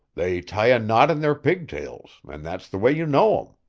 they tie a knot in their pigtails, and that's the way you know em.